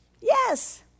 Yes